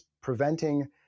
preventing